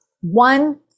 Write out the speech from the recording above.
one